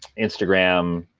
instagram,